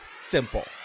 simple